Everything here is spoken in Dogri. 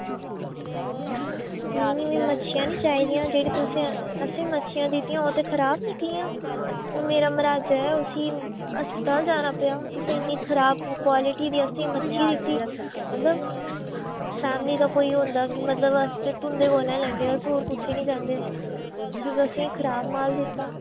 नेईं नेईं मी मच्छियां निं चाहिदियां जेह्ड़ी तुसें असेंगी मच्छियां दित्तियां ओह् ते खराब निकलियां ओह् मेरे मरहाजै उसी अस्पताल जाना पेआ तुसें इ'न्नी खराब क्वालिटी दी असें ई मच्छी दित्ती मतलब शामीं दा कोई होंदा मतलब ते अस तुं'दे कोला लैंदे अस होर कुतै निं जांदे तुस असें ई खराब माल दित्ता